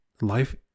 Life